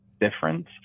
difference